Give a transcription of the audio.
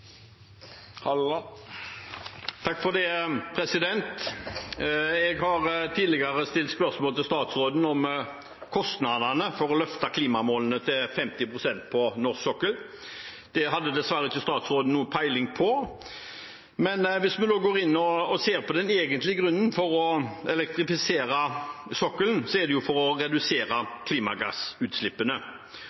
å løfte klimamålene til 50 pst på norsk sokkel. Det hadde dessverre ikke statsråden noen peiling på. Men hvis vi nå går inn og ser på den egentlige grunnen til å elektrifisere sokkelen, er det jo for å redusere klimagassutslippene.